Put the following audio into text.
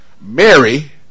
Mary